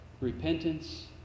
repentance